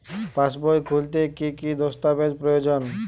পাসবই খুলতে কি কি দস্তাবেজ প্রয়োজন?